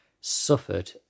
suffered